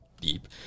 deep